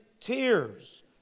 tears